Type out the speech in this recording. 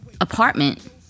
apartment